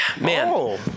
man